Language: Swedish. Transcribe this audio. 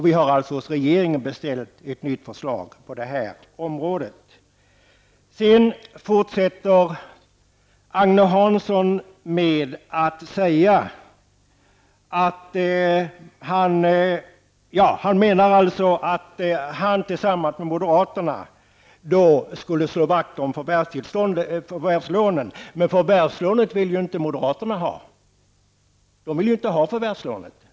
Vi har alltså hos regeringen beställt ett nytt förslag på det här området. Sedan säger Agne Hansson att han tillsammans med moderaterna skulle slå vakt om förvärvslånet, men moderaterna vill ju inte ha förvärvslånet.